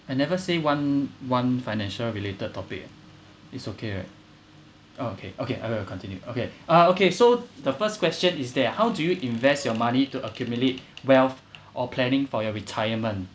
I never say one one financial related topic it's okay right oh okay okay I will continue okay uh okay so the first question is that how do you invest your money to accumulate wealth or planning for your retirement